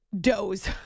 doze